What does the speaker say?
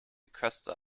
köster